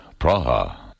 Praha